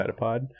metapod